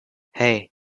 hey